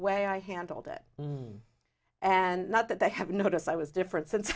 way i handled it and not that they have noticed i was different since